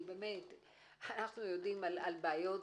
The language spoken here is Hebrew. כי אנחנו יודעים על בעיות,